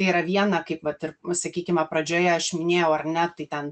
tai yra viena kaip vat ir sakykime pradžioje aš minėjau ar ne tai ten